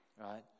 Right